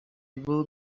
will